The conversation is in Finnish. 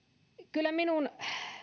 kyllä minun